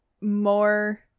more